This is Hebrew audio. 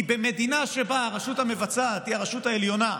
כי במדינה שבה הרשות המבצעת היא הרשות העליונה,